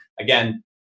Again